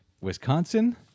Wisconsin